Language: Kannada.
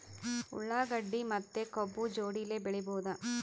ಉಳ್ಳಾಗಡ್ಡಿ ಮತ್ತೆ ಕಬ್ಬು ಜೋಡಿಲೆ ಬೆಳಿ ಬಹುದಾ?